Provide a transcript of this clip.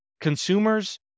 consumers